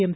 M